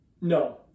No